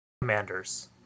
commanders